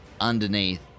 underneath